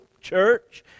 church